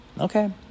okay